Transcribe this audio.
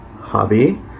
hobby